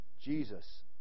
Jesus